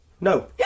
No